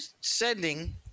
sending